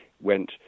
went